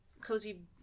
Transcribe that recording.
cozy